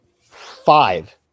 five